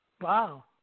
Wow